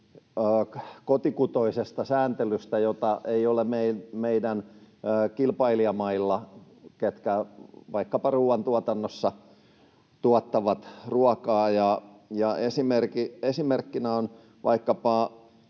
kotikutoisesta sääntelystä, jota ei ole meidän kilpailijamailla, että ketkä vaikkapa ruuantuotannossa tuottavat ruokaa, ja esimerkkinä on vaikkapa